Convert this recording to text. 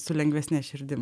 su lengvesne širdim